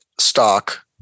stock